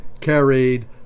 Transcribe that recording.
carried